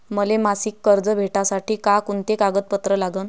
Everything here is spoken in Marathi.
मले मासिक कर्ज भेटासाठी का कुंते कागदपत्र लागन?